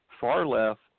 far-left